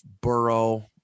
Burrow